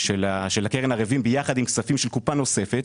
קרן ערבים יחד עם הכספים של קופה נוספת.